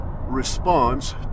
response